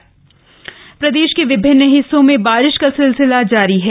मौसम प्रदेश के विभिन्न हिस्सों में बारिश का सिलसिला जारी है